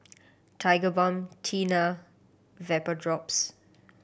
Tigerbalm Tena Vapodrops